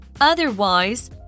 Otherwise